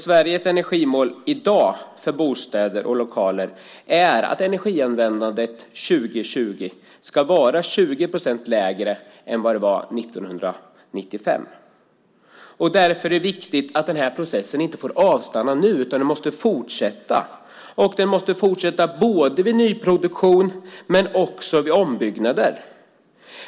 Sveriges energimål i dag för bostäder och lokaler är att energianvändningen år 2020 ska vara 20 procent lägre än den var 1995. Därför är det viktigt att denna process inte avstannar nu, utan den måste fortsätta både vid nyproduktion och vid ombyggnad.